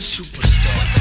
Superstar